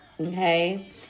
okay